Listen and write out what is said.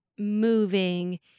moving